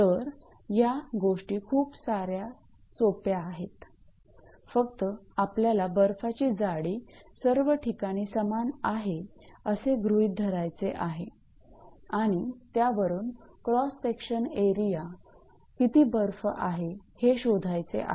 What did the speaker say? तर या गोष्टी खूप सोप्या आहेत फक्त आपल्याला बर्फाची जाडी सर्व ठिकाणी समान आहे असे गृहीत धरायचे आहे आणि त्यावरून क्रॉस सेक्शन एरिया किती बर्फ आहे हे शोधायचे आहे